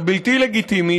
הבלתי-לגיטימית,